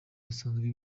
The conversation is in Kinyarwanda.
basanzwe